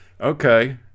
Okay